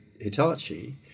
Hitachi